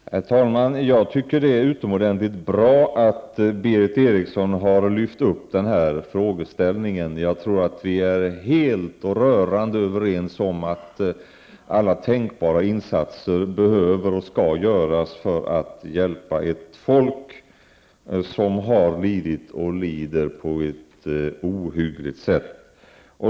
Herr talman! Jag tycker att det är utomordentligt bra att Berith Eriksson har lyft fram den här frågan. Vi är helt och rörande överens om att alla tänkbara insatser skall göras för att hjälpa ett folk som har lidit och lider på ett så ohyggligt sätt.